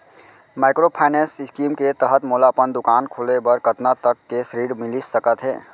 Microfinance scheme के तहत मोला अपन दुकान खोले बर कतना तक के ऋण मिलिस सकत हे?